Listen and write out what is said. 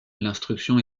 l’instruction